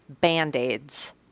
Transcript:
Band-Aids